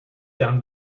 done